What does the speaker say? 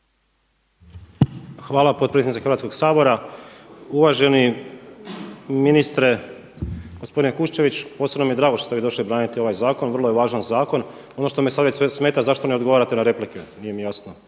Hvala potpredsjednice Hrvatskog sabora. Uvaženi ministre gospodine Kuščević, posebno mi je drago što ste vi došli braniti ovaj zakon, vrlo je važan zakon. Ono što me sad već smeta zašto ne odgovarate na replike? Nije mi jasno.